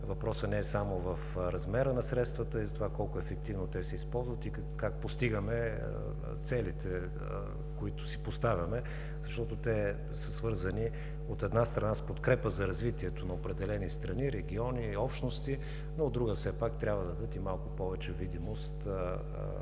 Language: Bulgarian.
въпросът не е само в размера на средствата, а и за това колко ефективно се използват и как постигаме целите, които си поставяме, защото те са свързани, от една страна, с подкрепа за развитието на определени страни, региони, общности, но, от друга, все пак трябва да дадат и малко повече видимост